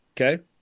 Okay